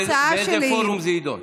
באיזה פורום זה יידון?